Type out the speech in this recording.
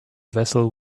vessel